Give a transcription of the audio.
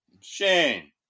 Shane